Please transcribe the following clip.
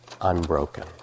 unbroken